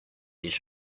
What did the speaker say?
each